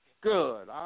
good